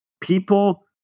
people